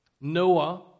Noah